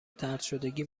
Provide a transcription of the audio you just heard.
طردشدگی